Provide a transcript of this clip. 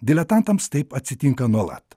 diletantams taip atsitinka nuolat